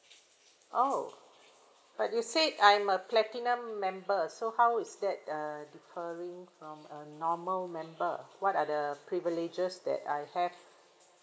oh but you said I'm a platinum member so how is that uh differing from a normal member what are the privileges that I have